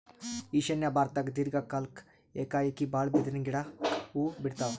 ಈಶಾನ್ಯ ಭಾರತ್ದಾಗ್ ದೀರ್ಘ ಕಾಲ್ಕ್ ಏಕಾಏಕಿ ಭಾಳ್ ಬಿದಿರಿನ್ ಗಿಡಕ್ ಹೂವಾ ಬಿಡ್ತಾವ್